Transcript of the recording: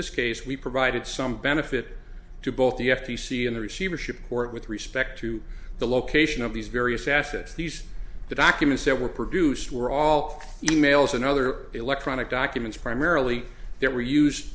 this case we provided some benefit to both the f t c and the receivership court with respect to the location of these various assets these documents that were produced were all e mails and other electronic documents primarily there were used